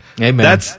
Amen